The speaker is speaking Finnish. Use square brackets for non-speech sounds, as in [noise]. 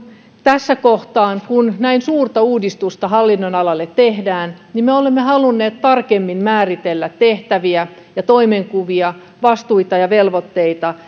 tässä kohtaa kun näin suurta uudistusta hallinnonalalle tehdään me olemme halunneet tarkemmin määritellä tehtäviä ja toimenkuvia vastuita ja velvoitteita [unintelligible]